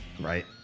Right